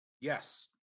Yes